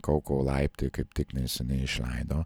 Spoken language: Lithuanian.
kauko laiptai kaip tik neseniai išleido